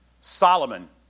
Solomon